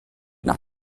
nach